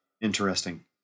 interesting